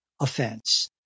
offense